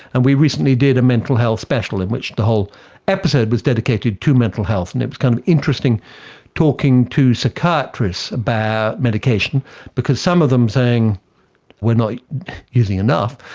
and we recently did a mental health special in which the whole episode was dedicated to mental health and it was kind of interesting talking to psychiatrists about medication because some of them were saying we're not using enough,